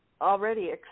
already